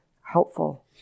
helpful